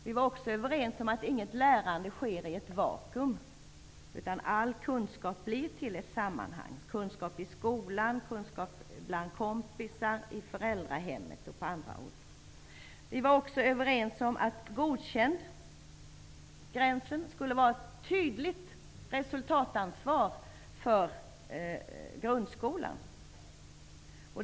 Vi var också överens om att inget lärande sker i ett vakuum, utan all kunskap blir till ett sammanhang; kunskap i skolan, kunskap bland kompisar, kunskap i föräldrahemmet och på andra håll. Vi var också överens om att gränsen godkänd skulle vara ett tydligt resultatansvar för grundskolan.